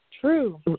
True